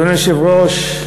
אדוני היושב-ראש,